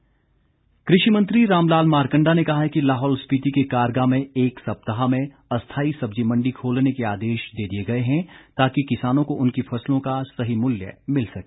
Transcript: लाहौल किसान कृषि मंत्री रामलाल मारकंडा ने कहा है कि लाहौल स्पीति के कारगा में एक सप्ताह में अस्थाई सब्जी मंडी खोलने के आदेश दे दिए गए हैं ताकि किसानों को उनकी फसलों का सही मूल्य मिल सके